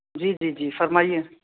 جی جی جی فرمائیے